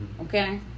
okay